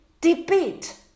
debate